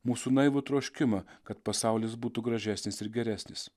mūsų naivų troškimą kad pasaulis būtų gražesnis ir geresnis